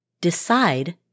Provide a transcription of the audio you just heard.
decide